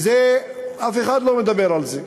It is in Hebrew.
וזה, אף אחד לא מדבר על זה.